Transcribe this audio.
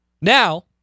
Now